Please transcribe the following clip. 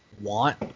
want